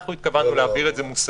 אנחנו התכוונו להעביר את זה מושגית.